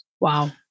Wow